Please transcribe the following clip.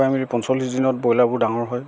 প্ৰায়মেৰি পঞ্চল্লিছ দিনত ব্ৰইলাৰবোৰ ডাঙৰ হয়